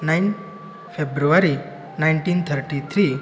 nine February nineteen thirty three